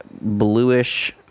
bluish